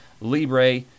Libre